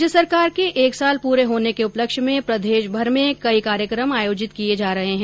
राज्य सरकार के कार्यकाल का एक साल पूरे होने के उपलक्ष्य में प्रदेशभर में कई कार्यक्रम आयोजित किए जा रहे है